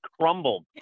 crumbled